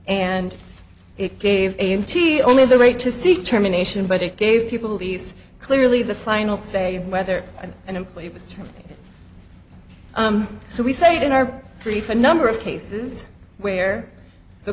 and it gave him t only the right to seek terminations but it gave people these clearly the final say whether an employee was true so we stayed in our brief a number of cases where the